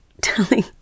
telling